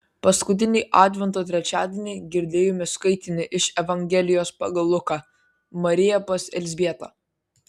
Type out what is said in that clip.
paskutinį advento trečiadienį girdėjome skaitinį iš evangelijos pagal luką marija pas elzbietą